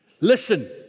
listen